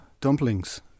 dumplings